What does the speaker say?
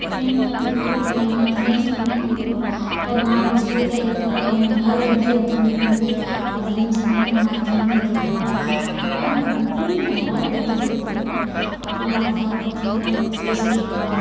இப்போ பென் வந்து blue pen என் ஃப்ரெண்ட்ஸுங்க வந்து ஒரு நாலஞ்சு பேர் கேக்கிறதுனால என் பேகில வந்து எப்பவும் வந்து ஒரு அஞ்சு பென்னு ஆறு பென்னு இருக்கும் அதனால் வந்து என் பேகில வந்து எப்பவும் அதிகமாக தான் இருக்கும் பென்னு பென்சிலு ஸ்கேலுலாம்